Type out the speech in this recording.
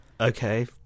Okay